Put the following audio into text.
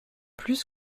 plus